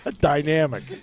Dynamic